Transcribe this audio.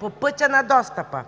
по пътя на достъпа